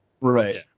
Right